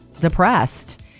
depressed